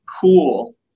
cool